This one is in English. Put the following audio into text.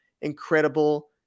incredible